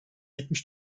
yetmiş